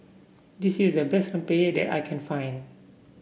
this is the best rempeyek that I can find